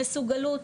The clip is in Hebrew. מסוגלות,